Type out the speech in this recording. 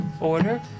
order